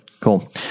Cool